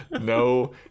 no